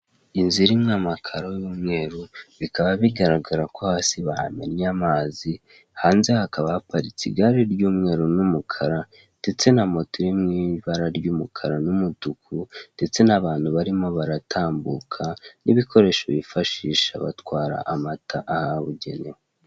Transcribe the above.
Inzu irimo amakaro y'umweru, bikaba bigaragara ko hasi bahamennye amazi, hanze hakaba haparitse igare ry'umweru n'umukara ndetse na moto iri mu ibara ry'umukara n'umutuku ndetse n'abantu barimo baratambuka n'ibikoresho bifashisha batwara amata ahabugenewe.